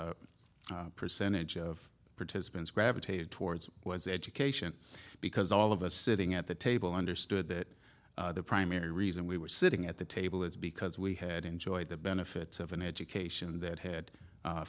largest percentage of participants gravitated towards was education because all of us sitting at the table understood that the primary reason we were sitting at the table is because we had enjoyed the benefits of an education that had